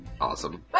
Awesome